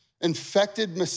infected